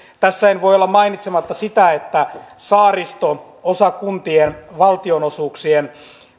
tässä en voi olla mainitsematta sitä että saaristo osakuntien valtionosuuksien